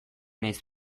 naiz